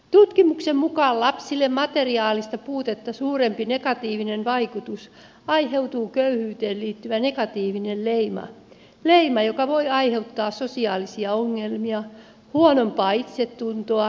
tutkimuksen mukaan materiaalista puutetta suurempi negatiivinen vaikutus aiheutuu lapsille köyhyyteen liittyvästä negatiivisesta leimasta leimasta joka voi aiheuttaa sosiaalisia ongelmia huonompaa itsetuntoa ja mielenterveysongelmia